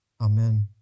Amen